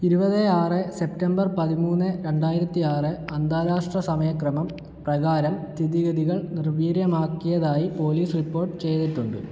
ഇരുപത് ആറ് സെപ്റ്റംബർ പതിമൂന്ന് രണ്ടായിരത്തി ആറ് അന്താരാഷ്ട്ര സമയക്രമം പ്രകാരം സ്ഥിതിഗതികൾ നിർവീര്യമാക്കിയതായി പോലീസ് റിപ്പോർട്ട് ചെയ്തിട്ടുണ്ട്